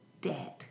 dead